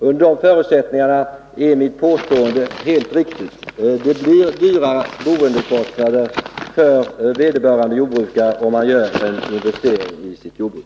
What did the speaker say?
Under de förutsättningarna är mitt påstående helt riktigt. Boendekostnaderna blir högre för den jordbrukare som gör en investering i sitt jordbruk.